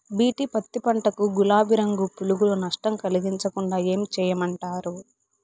BT పత్తి పంట కు, గులాబీ రంగు పులుగులు నష్టం కలిగించకుండా ఏం చేయమంటారు?